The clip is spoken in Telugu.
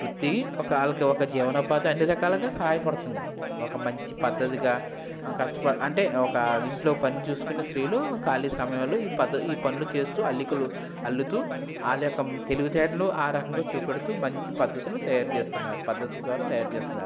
వృత్తి ఒక వాళ్ళకి ఒక జీవనోపాధి అన్ని రకాలగా సహాయపడుతుంది ఒక మంచి పద్ధతిగా కష్టపడు అంటే ఒక ఇంట్లో పని చూసుకుని స్రీలు ఖాళీ సమయాలు ఈ పద్ద ఈ పనులు చేస్తూ అల్లికలు అల్లుతూ ఆ లేక తెలివితేటలు ఆ రకంగా చూపెడుతూ మంచి పద్ధతుతో తయారు చేస్తున్నారు పద్ధతి ద్వారా తయారు చేస్తున్నారు